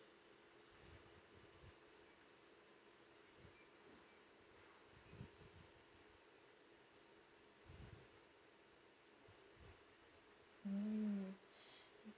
mm